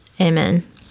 Amen